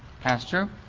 pastor